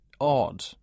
odd